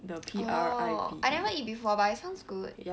oh I never eat before but it sounds good